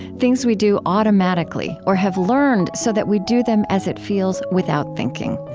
things we do automatically or have learned so that we do them as it feels without thinking.